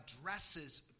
addresses